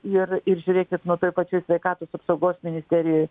ir ir žiūrėkit nu toj privačioj sveikatos apsaugos ministerijoj